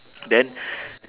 then